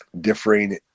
differing